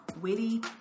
witty